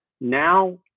now